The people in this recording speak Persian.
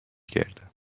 کردم